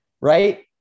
right